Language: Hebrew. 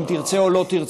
אם תרצה או לא תרצה,